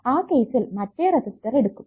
ആ കേസിൽ മറ്റേ റെസിസ്റ്റർ എടുക്കും